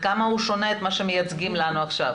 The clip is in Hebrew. כמה הוא שונה ממה שמייצגים לנו עכשיו?